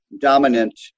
dominant